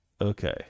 okay